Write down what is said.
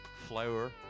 flour